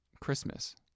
christmas